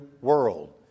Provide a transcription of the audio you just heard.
world